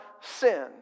sin